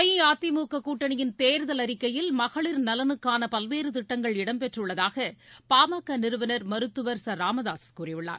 அஇஅதிமுக கூட்டணியின் தேர்தல் அறிக்கையில் மகளிர் நலனுக்கான பல்வேறு திட்டங்கள் இடம்பெற்றுள்ளதாக பா ம க நிறுவனர் மருத்துவர் ச ராமதாசு கூறியுள்ளார்